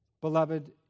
beloved